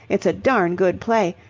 it's a darn good play.